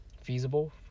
feasible